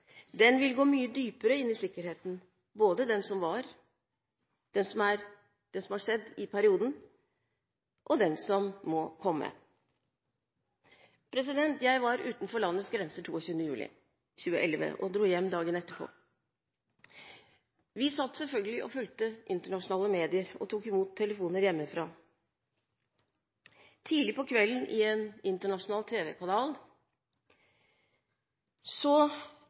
Den vil gå mye dypere inn i sikkerheten, både den som var, og den som må komme. Jeg var utenfor landets grenser 22. juli 2011 og dro hjem dagen etterpå. Vi satt selvfølgelig og fulgte internasjonale medier og tok imot telefoner hjemmefra. Tidlig på kvelden, i en internasjonal